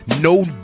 no